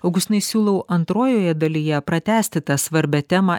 augustinai siūlau antrojoje dalyje pratęsti tą svarbią temą